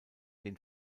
den